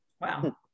Wow